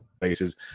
bases